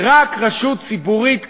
ורק רשות ציבורית כזאת,